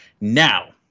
Now